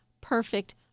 perfect